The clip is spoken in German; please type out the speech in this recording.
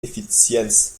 effizienz